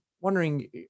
wondering